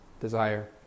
desire